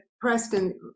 Preston